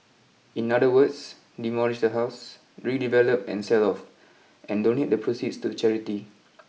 in other words demolish the house redevelop and sell off and donate the proceeds to charity